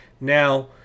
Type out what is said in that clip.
now